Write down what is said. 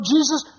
Jesus